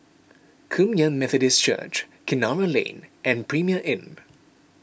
Kum Yan Methodist Church Kinara Lane and Premier Inn